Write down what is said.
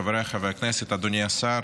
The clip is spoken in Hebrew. חבריי חברי הכנסת, אדוני השר,